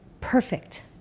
perfect